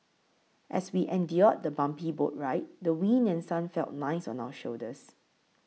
as we endured the bumpy boat ride the wind and sun felt nice on our shoulders